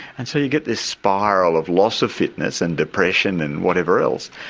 and so you get this spiral of loss of fitness and depression and whatever else,